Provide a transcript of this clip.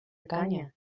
canya